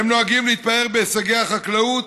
הם נוהגים להתפאר בהישגי החקלאות,